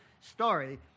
story